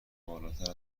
بالاتر